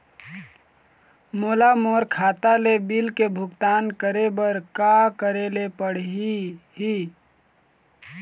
मोला मोर खाता ले बिल के भुगतान करे बर का करेले पड़ही ही?